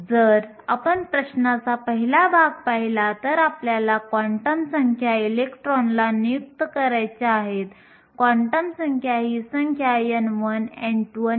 जर आपल्याकडे जर्मेनियम असेल तर जर्मेनियमची गतिशीलता थोडी जास्त असेल μe हे 3900 आहे ते जर्मेनियमचे मूल्य आहे